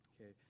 Okay